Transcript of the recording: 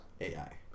AI